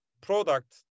product